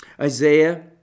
Isaiah